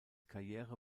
karriere